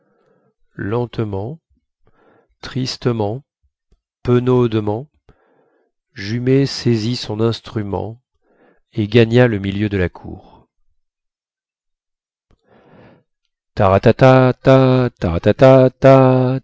lentement tristement penaudement jumet saisit son instrument et gagna le milieu de la cour tarata